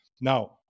Now